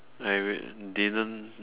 I really didn't